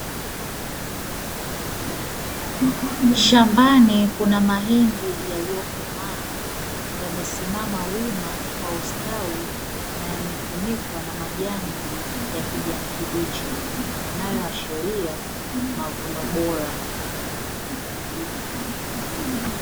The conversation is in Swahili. Shambani kuna mahindi yaliyokomaa yamesimama wima kwa ustawi na yamefunikwa na majani ya kijani kibichi, yanayoashiria mavuno bora.